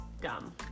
dumb